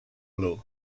blue